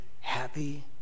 happy